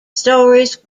stories